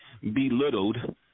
belittled